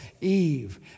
Eve